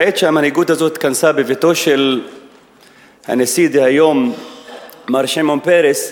בעת שהמנהיגות הזאת התכנסה בביתו של הנשיא דהיום מר שמעון פרס,